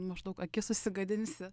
maždaug akis susigadinsi